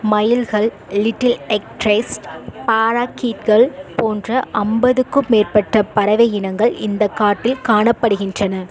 மயில்கள் little egrets பாராகீட்கள் போன்ற அம்பதுக்கும் மேற்பட்ட பறவை இனங்கள் இந்த காட்டில் காணப்படுகின்றன